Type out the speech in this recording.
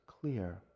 clear